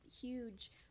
huge